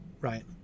right